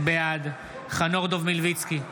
בעד חנוך דב מלביצקי,